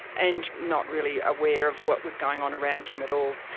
and not really aware of what was going on around him at all.